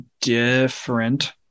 different